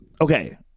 okay